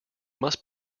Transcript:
must